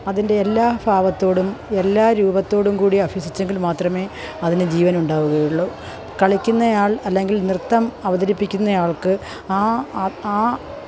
അതിന്റെ എല്ലാ ഭാവത്തോടും എല്ലാ രൂപത്തോടും കൂടി അഭ്യസിച്ചെങ്കില് മാത്രമേ അതിന് ജീവനുണ്ടാവുകയുള്ളൂ കളിക്കുന്നയാള് അല്ലെങ്കില് നൃത്തം അവതരിപ്പിക്കുന്നയാള്ക്ക് ആ ആ ആ